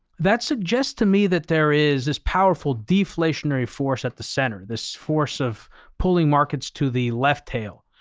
that suggest to me that there is this powerful deflationary force at the center, this force of pulling markets to the left tail.